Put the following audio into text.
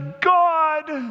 God